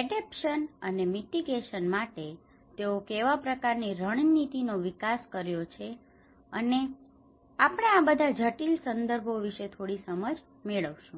adaptation અને mitigation માટે તેઓ કેવા પ્રકાર ની રણનીતિ નો વિકાસ કર્યો છે અને આપણે આ બધા જટિલ સંદર્ભો વિશે થોડી સમજ મેળવીશું